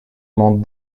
mon